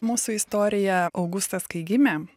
mūsų istorija augustas kai gimė